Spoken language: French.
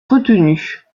retenue